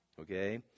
okay